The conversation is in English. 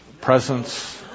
presence